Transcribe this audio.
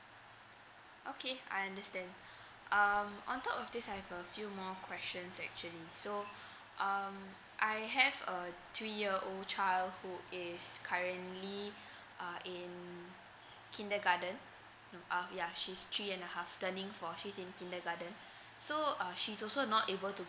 okay I understand um on top of this I've a few more questions actually so um I have a three year old child who is currently uh in kindergarten no uh ya she's three and a half turning four she's in kindergarten so uh she's also not able to